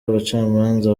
abacamanza